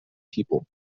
people